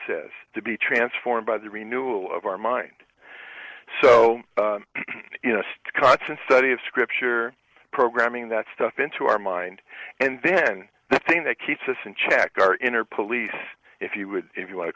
says to be transformed by the renewal of our mind so you know just cuts and study of scripture programming that stuff into our mind and then the thing that keeps us in check our inner police if you would if you wan